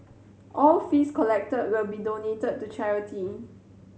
all fees collected will be donated to charity